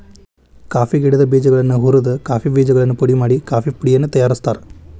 coffee ಗಿಡದ ಬೇಜಗಳನ್ನ ಹುರಿದ ಕಾಫಿ ಬೇಜಗಳನ್ನು ಪುಡಿ ಮಾಡಿ ಕಾಫೇಪುಡಿಯನ್ನು ತಯಾರ್ಸಾತಾರ